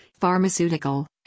pharmaceutical